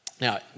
Now